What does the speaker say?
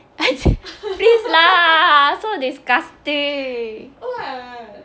please lah so disgusted